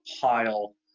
pile